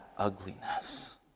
ugliness